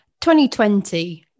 2020